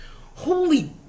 holy